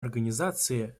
организации